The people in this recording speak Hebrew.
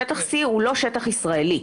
שטח C הוא לא שטח ישראלי.